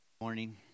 Morning